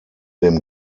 dem